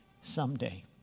Someday